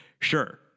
Sure